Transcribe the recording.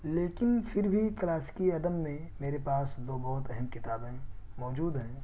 لیکن پھر بھی کلاسکی ادب میں میرے پاس دو بہت اہم کتابیں موجود ہیں